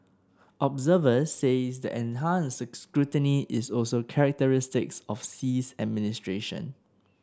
observers say the enhanced scrutiny is also characteristic of Xi's administration